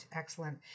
excellent